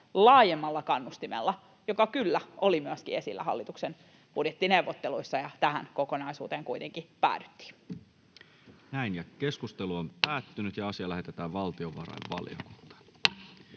laajemmalla kannustimella, joka kyllä oli myöskin esillä hallituksen budjettineuvotteluissa. Tähän kokonaisuuteen kuitenkin päädyttiin. Lähetekeskustelua varten esitellään päiväjärjestyksen